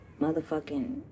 motherfucking